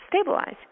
stabilize